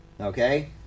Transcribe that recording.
Okay